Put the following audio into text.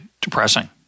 depressing